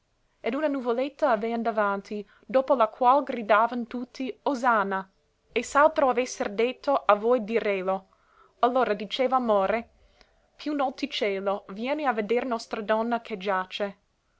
ed una nuvoletta avean davanti dopo la qual gridavan tutti osanna e s'altro avesser detto a voi dirèlo allor diceva amor più nol ti celo vieni a veder nostra donna che giace